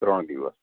ત્રણ દિવસ